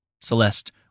Celeste